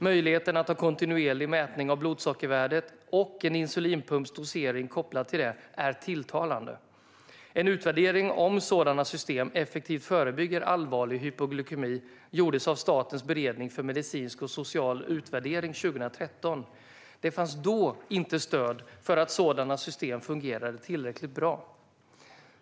Möjligheten att ha kontinuerlig mätning av blodsockervärdet - och en insulinpumps dosering kopplad till det - är tilltalande. En utvärdering av om sådana system effektivt förebygger allvarlig hypoglykemi gjordes av Statens beredning för medicinsk och social utvärdering 2013. Det fanns då inte stöd för att sådana system fungerade tillräckligt bra.